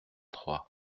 trois